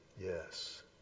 Yes